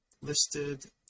listed